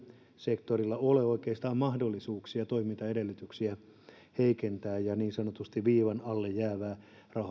sektorilla ole oikeastaan mahdollisuuksia toimintaedellytyksiä ja niin sanotusti viivan alle jäävää rahaa